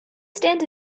stand